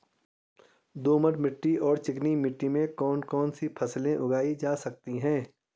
दोमट मिट्टी और चिकनी मिट्टी में कौन कौन सी फसलें उगाई जा सकती हैं?